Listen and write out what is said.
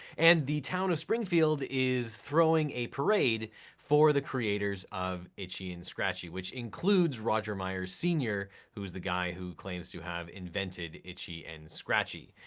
and the town of springfield is throwing a parade for the creators of itchy and scratchy, which includes roger meyers senior, who is the guy who claims to have invented itchy and scratchy.